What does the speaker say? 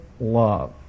love